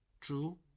True